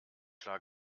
klar